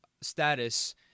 status